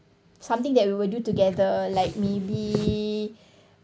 something that we will do together like maybe